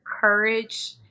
courage